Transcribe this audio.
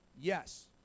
yes